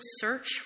search